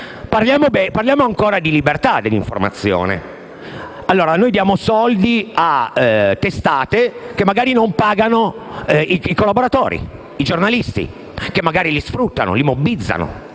Parliamo ancora di libertà dell'informazione. Noi diamo risorse a testate che magari non pagano i collaboratori, i giornalisti, che magari li sfruttano, li mobbizzano,